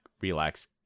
relax